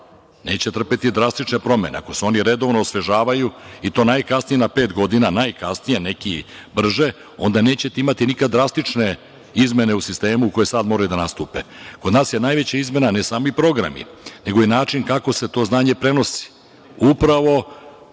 neće trpeti drastične promene, ako se oni redovno osvežavaju i to najkasnije na pet godine, neki i brže, onda nećete imati nikad drastične izmene u sistemu koji sad moraju da nastupe. Kod nas je najveća izmena ne sami programi, nego i način kako se to znanje prenosi.